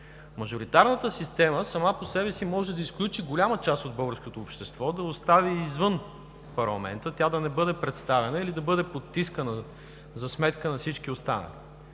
Мажоритарната система сама по себе си може да изключи голяма част от българското общество, да остане извън парламента, тя да не бъде представена или да потискана за сметка на всички останали.